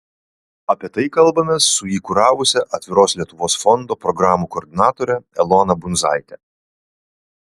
apie tai kalbamės su jį kuravusia atviros lietuvos fondo programų koordinatore elona bundzaite